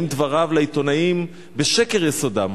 האם דבריו לעיתונאים בשקר יסודם?